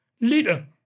leader